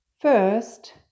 First